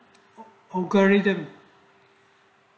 logarithm